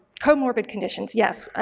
comorbid conditions, yes,